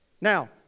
Now